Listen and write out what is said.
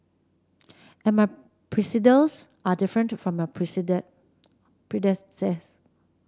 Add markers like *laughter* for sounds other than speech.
and my *unintelligible* are different from your *unintelligible*